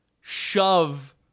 shove